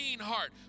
heart